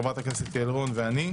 חברת הכנסת יעל רון ואני.